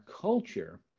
culture